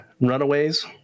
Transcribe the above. Runaways